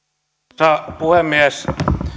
arvoisa puhemies